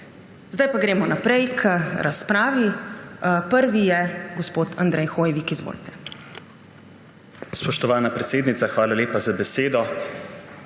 Zdaj pa gremo naprej z razpravo. Prvi je gospod Andrej Hoivik. Izvolite.